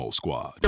squad